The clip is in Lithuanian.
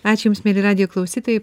ačiū jums mieli radijo klausytojai